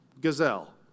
gazelle